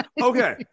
Okay